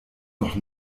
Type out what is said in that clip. noch